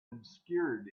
obscured